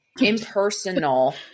impersonal